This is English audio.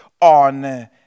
on